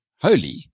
holy